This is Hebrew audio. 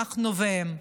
אנחנו והם.